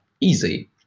easy